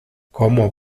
como